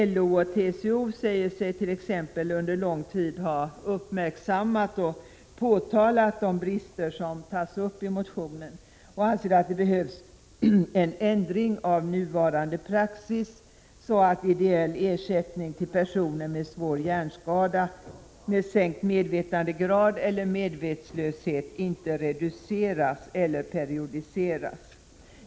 LO och TCO säger sig t.ex. under lång tid ha uppmärksammat och påtalat de brister som tas upp i motionen och anser att det behövs en ändring av nuvarande praxis, så att ideell ersättning till personer med svår hjärnskada, med sänkt medvetandegrad eller medvetslöshet inte reduceras eller periodiseras.